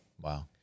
Wow